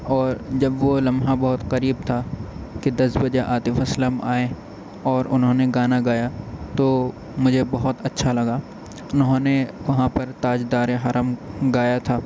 اور جب وہ لمحہ بہت قریب تھا کہ دس بجے عاطف اسلم آئیں اور انہوں نے گانا گایا تو مجھے بہت اچھا لگا انہوں نے وہاں پر تاجدار حرم گایا تھا